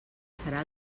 serà